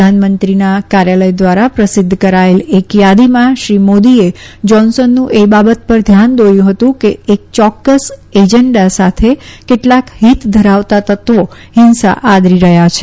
પ્રધાનમંત્રીના કાર્યાલય ધ્વારા પ્રસિધ્ધ કરાયેલ એક થાદીમાં શ્રી મોદીએ જાન્સનનું એ બાબત પર ધ્યાન દોર્યુ હતું કે એક યોકકસ એજન્ડા સાથે કેટલાક હિત ધરાવતાં તત્વો હિંસા આદરી રહયાં છે